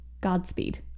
Godspeed